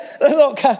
look